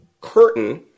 curtain